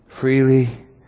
freely